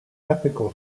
ethical